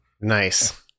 Nice